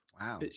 Wow